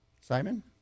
Simon